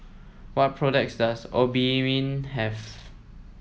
what products does Obimin have